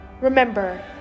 Remember